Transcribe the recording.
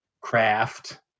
craft